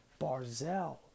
Barzell